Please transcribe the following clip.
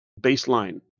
baseline